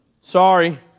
sorry